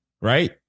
right